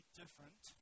different